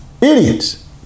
Idiots